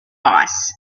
boss